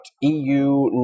EU